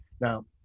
Now